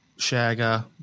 shagger